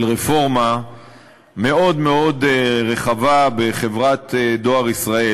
של רפורמה מאוד רחבה בחברת "דואר ישראל".